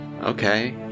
Okay